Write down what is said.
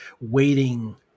waiting